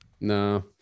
No